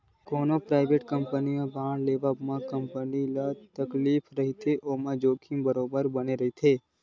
कोनो private company के bond ल लेवब म तकलीफ रहिथे ओमा जोखिम बरोबर बने रथे